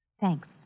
Thanks